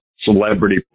celebrity